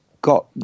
got